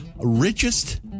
richest